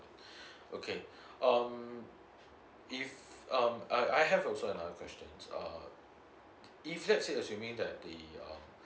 okay um if um I I have also another question uh if let's say assuming that the uh